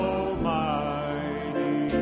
Almighty